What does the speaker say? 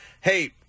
hey